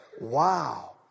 Wow